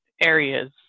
areas